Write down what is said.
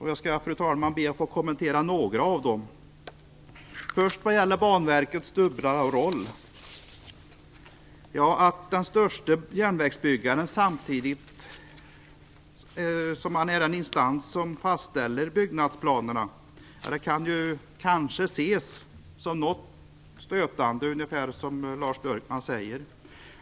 Fru talman! Jag skall kommentera några av dem. Först gäller det Banverkets dubbla roll. Att den största järnvägsbyggaren samtidigt är den instans som fastställer byggnadsplanerna kan kanske ses som något stötande, som Lars Björkman säger.